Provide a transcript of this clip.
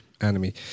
Enemy